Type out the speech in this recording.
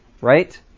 right